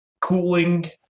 cooling